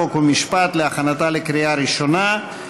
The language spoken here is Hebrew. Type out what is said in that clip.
חוק ומשפט להכנתה לקריאה ראשונה.